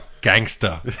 gangster